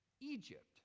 Egypt